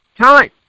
time